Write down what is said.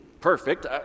perfect